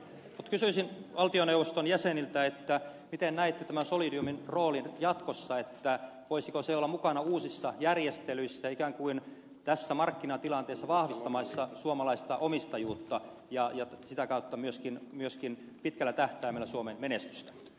kysyisin valtioneuvoston jäseniltä miten näette tämän solidiumin roolin jatkossa voisiko se olla mukana uusissa järjestelyissä ikään kuin tässä markkinatilanteessa vahvistamassa suomalaista omistajuutta ja sitä kautta myöskin pitkällä tähtäimellä suomen menestystä